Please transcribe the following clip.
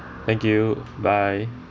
thank you bye